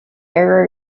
error